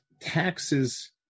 taxes